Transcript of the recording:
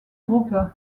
groupe